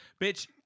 bitch